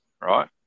Right